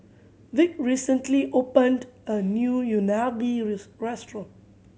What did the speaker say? Vick recently opened a new Unagi restaurant